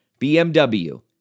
BMW